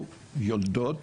יולדות